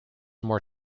more